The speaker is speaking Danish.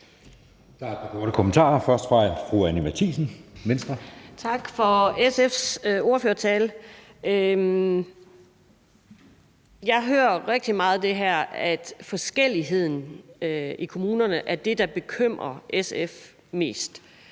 Jeg hører rigtig meget, at forskelligheden i kommunerne er det, der bekymrer SF mest,